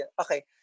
Okay